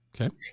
Okay